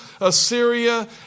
Assyria